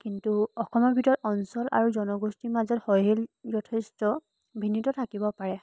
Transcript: কিন্তু অসমৰ ভিতৰত অঞ্চল আৰু জনগোষ্ঠীৰ মাজত যথেষ্ট ভিন্নিত থাকিব পাৰে